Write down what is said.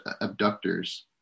abductors